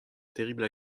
terrible